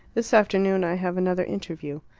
this afternoon i have another interview.